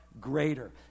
greater